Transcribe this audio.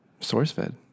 SourceFed